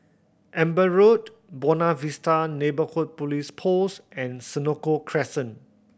Amber Road Buona Vista Neighbourhood Police Post and Senoko Crescent